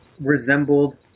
resembled